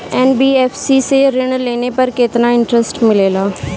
NBFC से ऋण लेने पर केतना इंटरेस्ट मिलेला?